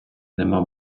нема